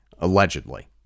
allegedly